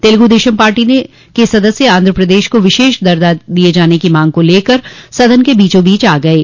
Telugu Desam party के सदस्य आंध्र प्रदेश को विशेष दर्जा दिये जाने की मांग को लेकर सदन के बीचोंबीच आ गये